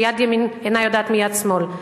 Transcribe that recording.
שיד ימין אינה יודעת מיד שמאל.